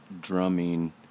drumming